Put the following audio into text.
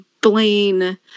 Blaine